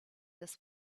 this